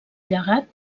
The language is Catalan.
llegat